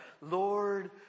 Lord